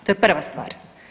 To je prva stvar.